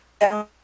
down